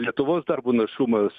lietuvos darbo našumas